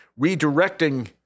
redirecting